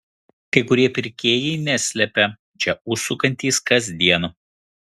kai kurie pirkėjai neslepia čia užsukantys kasdien